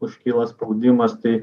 užkyla spaudimas tai